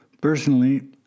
personally